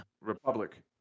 Republic